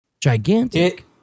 gigantic